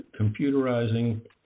computerizing